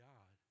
God